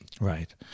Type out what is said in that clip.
Right